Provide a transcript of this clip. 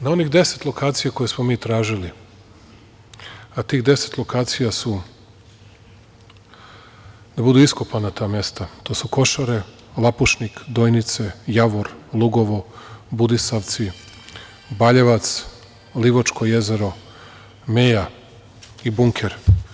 Na onih 10 lokacija koje smo mi tražili, a tih 10 lokacija su da budu iskopana ta mesta, to su Košare, Lapušnik, Dojnice, Javor, Lugovo, Budisavci, Baljevac, Livačko jezero, Meja i Bunker.